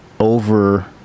over